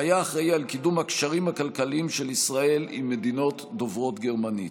והיה אחראי לקידום הקשרים הכלכליים של ישראל עם מדינות דוברות גרמנית.